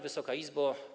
Wysoka Izbo!